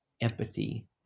empathy